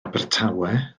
abertawe